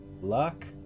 luck